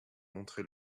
montré